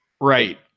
right